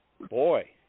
boy